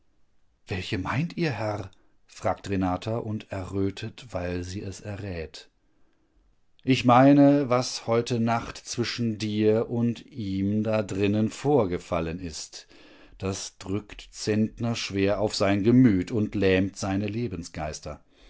welche meint ihr herr fragt renata und errötet weil sie es errät ich meine was heute nacht zwischen dir und ihm da drinnen vorgefallen ist das drückt zentner schwer auf sein gemüt und lähmt seine lebensgeister